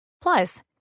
Plus